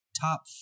top